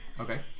Okay